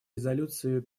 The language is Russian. резолюции